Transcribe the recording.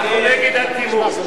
אנחנו נגד אטימות.